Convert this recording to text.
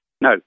No